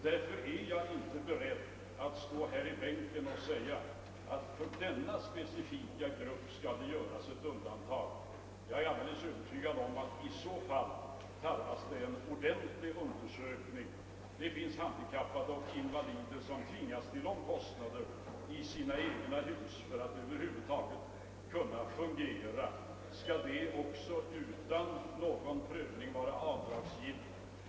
Därför är jag inte beredd att stå här i bänken och säga att för denna specifika grupp skall det göras ett undantag. Jag är alldeles övertygad om att i så fall tarvas en ordentlig undersökning. Det finns handikappade och invalider som tvingas till omkostnader i sina egna hus för att över huvud taget kunna fungera. Skall även detta utan någon prövning vara avdragsgillt?